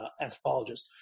anthropologist